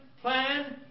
plan